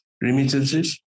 remittances